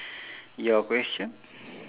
your question